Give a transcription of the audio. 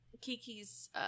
Kiki's